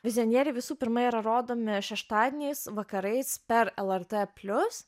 vizionieriai visų pirma yra rodomi šeštadieniais vakarais per lrt plius